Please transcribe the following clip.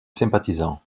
sympathisants